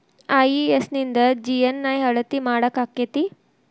IES ನಿಂದ GNI ಅಳತಿ ಮಾಡಾಕಕ್ಕೆತಿ?